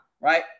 right